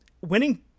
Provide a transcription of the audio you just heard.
winning